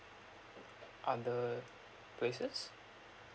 other places